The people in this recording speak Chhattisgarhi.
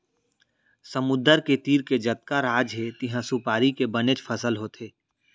समुद्दर के तीर के जतका राज हे तिहॉं सुपारी के बनेच फसल होथे